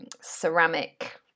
ceramic